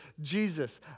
Jesus